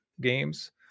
games